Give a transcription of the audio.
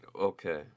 Okay